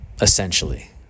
essentially